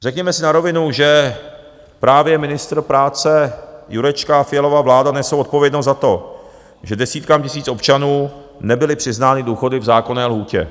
Řekněme si na rovinu, že právě ministr práce Jurečka a Fialova vláda nesou odpovědnost za to, že desítkám tisíc občanů nebyly přiznány důchody v zákonné lhůtě.